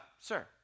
Sir